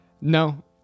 no